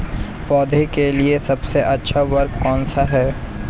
पौधों के लिए सबसे अच्छा उर्वरक कौन सा है?